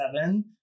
seven